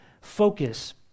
Focus